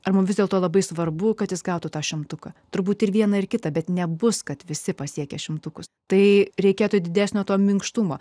ar mums vis dėlto labai svarbu kad jis gautų tą šimtuką turbūt ir vieną ir kitą bet nebus kad visi pasiekę šimtukus tai reikėtų didesnio to minkštumo